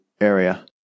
area